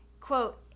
quote